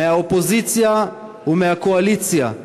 מהאופוזיציה ומהקואליציה,